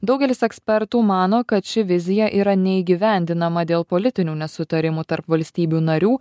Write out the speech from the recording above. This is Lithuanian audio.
daugelis ekspertų mano kad ši vizija yra neįgyvendinama dėl politinių nesutarimų tarp valstybių narių